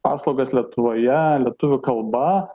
paslaugas lietuvoje lietuvių kalba